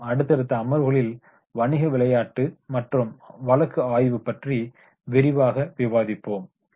மேலும் அடுத்தடுத்த அமர்வுகளில் வணிக விளையாட்டு மற்றும் வழக்கு ஆய்வை பற்றி விரிவாக விவாதிப்போம்